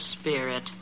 spirit